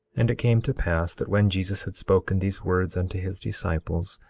and it came to pass that when jesus had spoken these words unto his disciples,